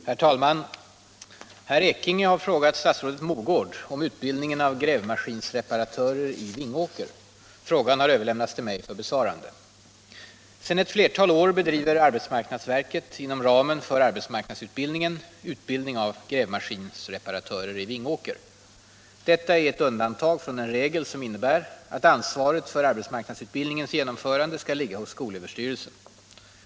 Herr talman! Herr Ekinge har frågat statsrådet Mogård om utbildningen av grävmaskinsreparatörer i Vingåker. Frågan har överlämnats till mig för besvarande. Sedan ett flertal år bedriver arbetsmarknadsverket inom ramen för arbetsmarknadsutbildningen utbildning av grävmaskinsreparatörer i Vingåker. Detta är ett undantag från den regel som innebär att ansvaret för arbetsmarknadsutbildningens genomförande skall ligga hos skolöverstyrelsen.